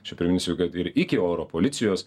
čia priminsiu kad ir iki oro policijos